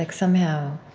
like somehow,